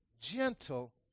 gentle